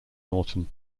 norton